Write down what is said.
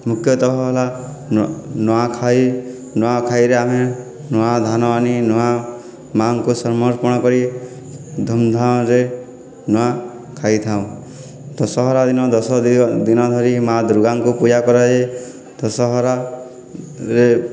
ମୁଖ୍ୟତଃ ହେଲା ନୂଆଖାଇ ନୂଆଖାଇରେ ଆମେ ନୂଆଧାନ ଆଣି ନୂଆ ମାଁଙ୍କୁ ସମର୍ପଣ କରି ଧୁମ୍ଧାମ୍ ରେ ନୂଆ ଖାଇଥାଉଁ ଦଶହରା ଦିନ ଦଶ ଦିନ ଧରି ମାଁ ଦୁର୍ଗାଙ୍କୁ ପୂଜା କରାଯାଏ ଦଶହରାରେ